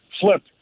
flip